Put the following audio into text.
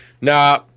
Nah